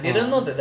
(uh huh)